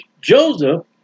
Joseph